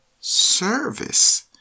service